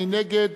מי נגד?